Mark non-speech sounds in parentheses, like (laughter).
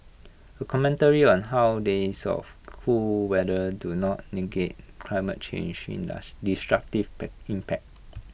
A commentary on how days of cool weather do not negate climate change (unintelligible) destructive impact